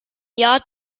jahr